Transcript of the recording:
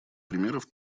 примеров